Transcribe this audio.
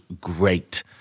great